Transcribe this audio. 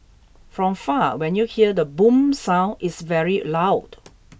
from far when you hear the boom sound it's very loud